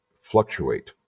fluctuate